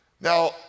Now